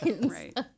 Right